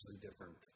different